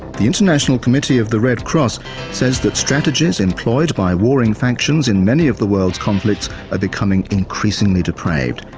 the international committee of the red cross says that strategies employed by warring factions in many of the world's conflicts are becoming increasingly depraved.